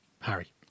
Harry